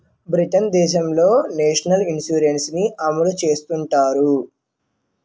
Britain దేశంలో national insurance ని అమలు చేస్తుంటారు